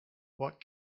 what